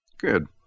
Good